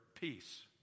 peace